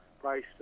price